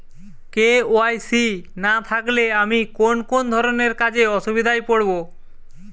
KYC না থাকলে আমি কোন কোন ধরনের কাজে অসুবিধায় পড়ব?